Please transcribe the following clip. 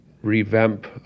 revamp